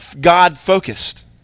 God-focused